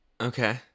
Okay